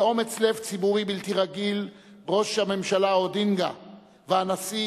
באומץ לב ציבורי בלתי רגיל הגיעו ראש הממשלה אודינגה והנשיא